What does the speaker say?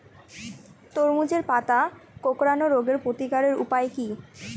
তরমুজের পাতা কোঁকড়ানো রোগের প্রতিকারের উপায় কী?